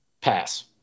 pass